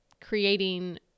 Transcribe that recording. creating